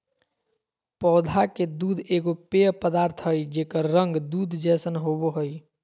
पौधा के दूध एगो पेय पदार्थ हइ जेकर रंग दूध जैसन होबो हइ